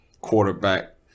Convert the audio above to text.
quarterback